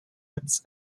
its